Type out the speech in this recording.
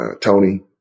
Tony